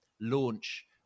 launch